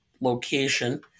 location